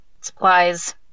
Supplies